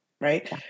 right